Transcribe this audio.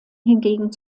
hingegen